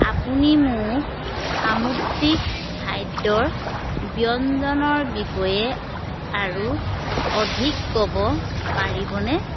আপুনি মোক সামুদ্ৰিক খাদ্যৰ ব্যঞ্জনৰ বিষয়ে আৰু অধিক ক'ব পাৰিবনে